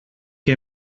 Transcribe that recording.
que